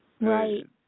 Right